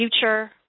future